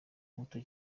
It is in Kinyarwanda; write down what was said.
muto